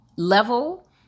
level